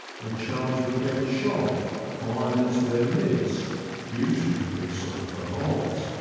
a charge of heavy shot fired into their midst usually picks off the lot.